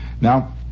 Now